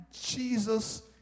Jesus